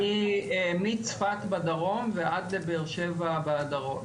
מצפת בצפון ועד לבאר שבע בדרום.